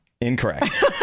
Incorrect